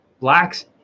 blacks